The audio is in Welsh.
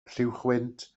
lluwchwynt